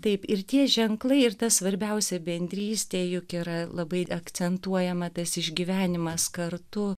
taip ir tie ženklai ir tas svarbiausia bendrystė juk yra labai akcentuojama tas išgyvenimas kartu